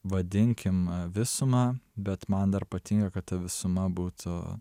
vadinkim visumą bet man dar patinka kad ta visuma būtų